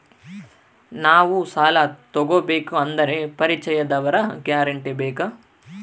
ನಾವು ಸಾಲ ತೋಗಬೇಕು ಅಂದರೆ ಪರಿಚಯದವರ ಗ್ಯಾರಂಟಿ ಬೇಕಾ?